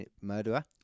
murderer